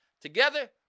Together